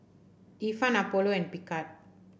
Ifan Apollo and Picard